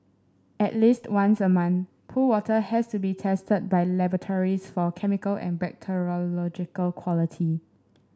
at least once a month pool water has to be tested by laboratories for chemical and bacteriological quality